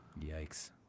yikes